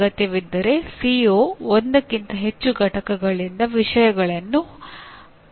ಅಗತ್ಯವಿದ್ದರೆ ಸಿಒ ಒಂದಕ್ಕಿಂತ ಹೆಚ್ಚು ಘಟಕಗಳಿಂದ ವಿಷಯಗಳನ್ನು ಪರಿಹರಿಸಬಹುದು